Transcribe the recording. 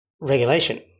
regulation